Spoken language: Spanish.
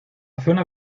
zona